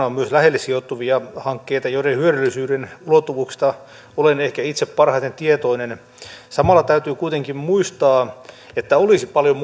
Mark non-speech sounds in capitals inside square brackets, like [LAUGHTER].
[UNINTELLIGIBLE] on myös lähelle sijoittuvia hankkeita joiden hyödyllisyyden ulottuvuuksista olen ehkä itse parhaiten tietoinen samalla täytyy kuitenkin muistaa että olisi paljon [UNINTELLIGIBLE]